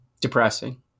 Depressing